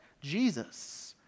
jesus